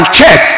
check